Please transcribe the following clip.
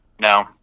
No